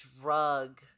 drug